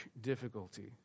difficulty